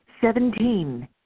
Seventeen